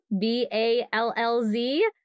B-A-L-L-Z